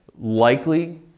likely